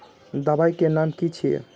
दबाई के नाम की छिए?